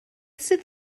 sydd